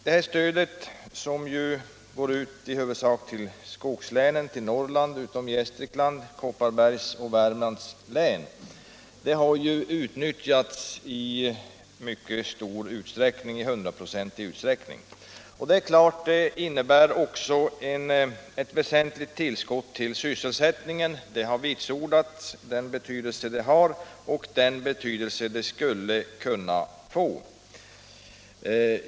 Det berörda stödet går i huvudsak till skogslänen, dvs. till Norrland utom Gästrikland samt till delar av Kopparbergs och Värmlands län, och det har utnyttjats i hundraprocentig utsträckning. Det innebär självfallet också ett väsentligt tillskott till sysselsättningen, och den betydelse det har och skulle kunna få har även vitsordats.